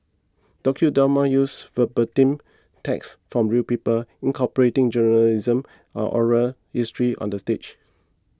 docudramas use verbatim text from real people incorporating journalism and oral history on the stage